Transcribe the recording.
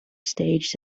staged